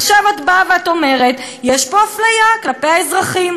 עכשיו את באה ואומרת, יש פה אפליה כלפי האזרחים.